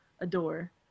adore